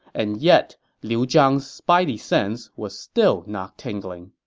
and yet, liu zhang's spidey sense was still not tingling